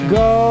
go